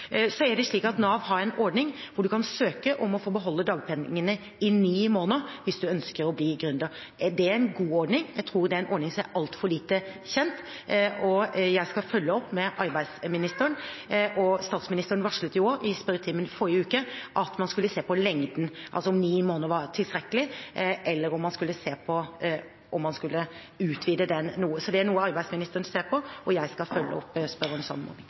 Så er det slik at Nav har en ordning der en kan søke om å få beholde dagpengene i ni måneder hvis en ønsker å bli gründer. Er det en god ordning? Jeg tror det er en ordning som er altfor lite kjent, og jeg skal følge opp med arbeidsministeren. Statsministeren varslet jo også i spørretimen i forrige uke at man skulle se på lengden, altså om ni måneder var tilstrekkelig, og om man skulle utvide den noe. Det er noe arbeidsministeren ser på, og jeg skal følge opp